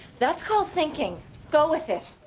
that's called thinking go with it.